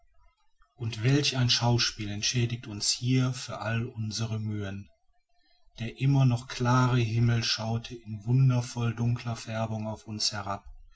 und welch ein schauspiel entschädigte uns hier für all unsere mühen der immer noch klare himmel schaute in wundervoll dunkler färbung auf uns herab